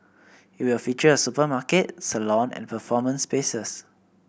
it will features a supermarket salon and performance spaces